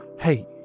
Hey